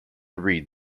read